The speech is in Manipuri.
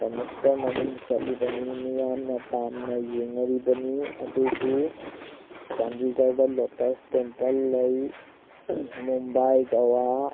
ꯗꯃꯛꯇ ꯃꯃꯤꯡ ꯆꯠꯂꯤꯕꯅꯤ ꯃꯤꯌꯥꯝꯅ ꯄꯥꯝꯅ ꯌꯦꯡꯅꯔꯤꯕꯅꯤ ꯑꯗꯨꯕꯨ ꯆꯥꯟꯗꯤꯒꯔꯗ ꯂꯣꯇꯁ ꯇꯦꯝꯄꯜ ꯂꯩ ꯃꯨꯝꯕꯥꯏ ꯒꯧꯋꯥ